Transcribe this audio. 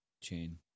chain